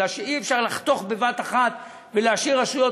משום שאי-אפשר לחתוך בבת אחת ולהשאיר רשויות